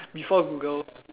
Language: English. before Google